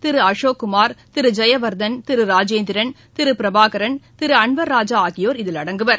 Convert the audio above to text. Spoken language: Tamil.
திரு அசோக்குமார் திரு ஜெயவர்தன் திரு ராஜேந்திரன் திரு பிரபாகரன் திரு அன்வர்ராஜா ஆகியோர் இதில் அடங்குவர்